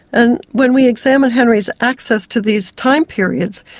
and when we examine henry's access to these time periods,